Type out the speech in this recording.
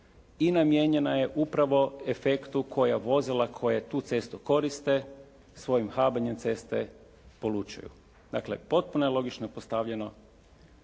i namijenjena je upravo efektu koja vozila koje tu cestu koriste svojim habanjem ceste polučuju. Dakle, potpuno je logično postavljeno